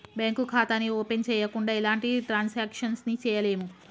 bank ఖాతాని open చెయ్యకుండా ఎలాంటి ట్రాన్సాక్షన్స్ ని చెయ్యలేము